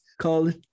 called